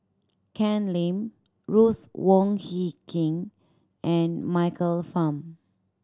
Ken Lim Ruth Wong Hie King and Michael Fam